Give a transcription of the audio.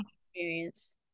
experience